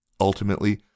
Ultimately